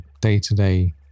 day-to-day